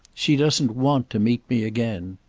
she doesn't want to meet me again.